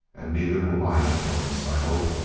and neither will my influence, i hope.